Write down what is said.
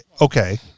okay